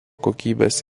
kokybės